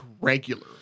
regular